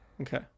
okay